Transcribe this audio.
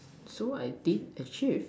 so I think achieve